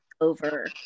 over